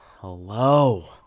hello